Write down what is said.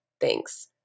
Thanks